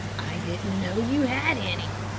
i didn't know you had any,